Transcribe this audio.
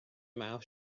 mouth